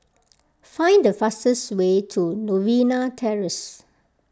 find the fastest way to Novena Terrace